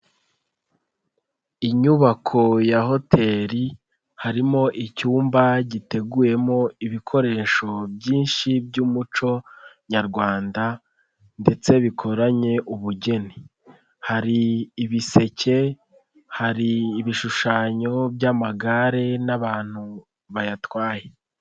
Inyubako ya hoteli harimo icyumba giteguyemo ibikoresho byinshi by'umuco Nyarwanda, ndetse bikoranye ubugeni. Hari ibiseke, hari ibishushanyo by'amagare n'abantu bayatwaye.